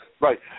Right